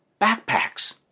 Backpacks